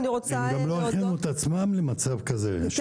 הם גם לא הכינו את עצמם למצב כזה.